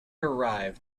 arrived